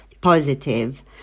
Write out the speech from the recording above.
positive